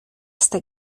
hasta